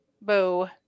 boo